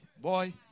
Boy